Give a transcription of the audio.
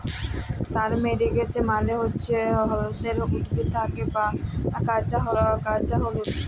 turmeric মালে হচ্যে হল্যদের উদ্ভিদ থ্যাকে পাওয়া কাঁচা হল্যদ